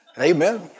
Amen